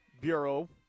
Bureau